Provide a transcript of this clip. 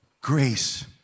grace